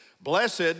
Blessed